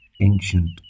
ancient